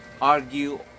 argue